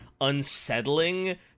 unsettling